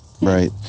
right